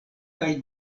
kaj